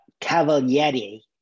cavalieri